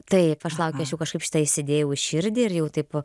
taip aš laukiau aš jau kažkaip šitą įsidėjau į širdį ir jau taip